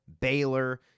Baylor